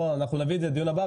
נביא את זה לדיון הבא.